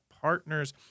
partners